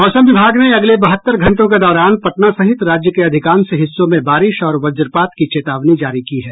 मौसम विभाग ने अगले बहत्तर घंटों के दौरान पटना सहित राज्य के अधिकांश हिस्सों में बारिश और वज्रपात की चेतावनी जारी की है